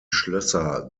schlösser